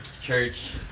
Church